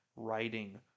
writing